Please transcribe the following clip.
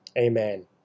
amen